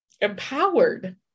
empowered